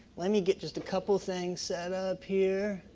let me get just a couple things up here.